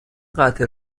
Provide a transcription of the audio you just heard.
قطع